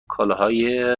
کالاهای